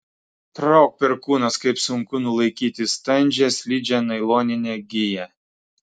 trauk perkūnas kaip sunku nulaikyti standžią slidžią nailoninę giją